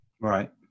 right